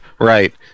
Right